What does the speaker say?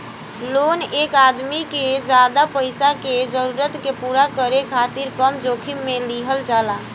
loan एक आदमी के ज्यादा पईसा के जरूरत के पूरा करे खातिर कम जोखिम में लिहल जाला